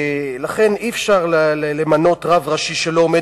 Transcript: לכן אי-אפשר למנות רב ראשי שלא עומד